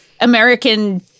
american